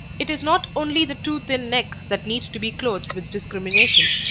it is not only the too thin neck that needs to be clothed with discrimination.